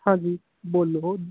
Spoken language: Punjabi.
ਹਾਂਜੀ ਬੋਲੋ